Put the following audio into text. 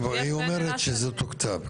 אבל היא אומרת שזה תוקצב.